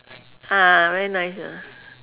very nice